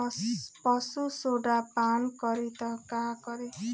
पशु सोडा पान करी त का करी?